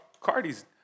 Cardi's